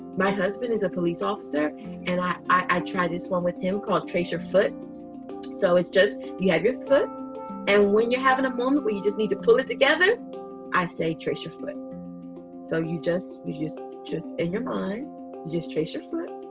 my husband is a police officer and i i try this one with him called trace your foot so it's just you have your foot and when you're having a moment where you just need to pull it together i say trace your foot so you just you just just in your mind you just trace your foot.